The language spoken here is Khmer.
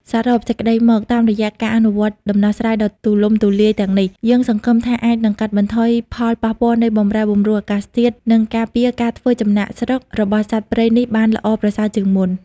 សរុបសេចក្ដីមក តាមរយៈការអនុវត្តដំណោះស្រាយដ៏ទូលំទូលាយទាំងនេះ យើងសង្ឃឹមថាអាចនឹងកាត់បន្ថយផលប៉ះពាល់នៃបម្រែបម្រួលអាកាសធាតុ និងការពារការធ្វើចំណាកស្រុករបស់សត្វព្រៃនេះបានល្អប្រសើរជាងមុន។